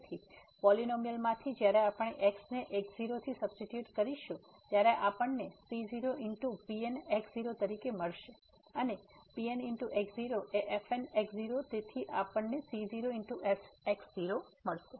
તેથી પોલીનોમીઅલ માંથી જ્યારે આપણે x ને x0 થી સબસ્ટીટ્યુટ કરશું ત્યારે આપણને c0 Pn તરીકે મળશે અને Pnx0 એ fn તેથી આપણને c0 f તરીકે મળશે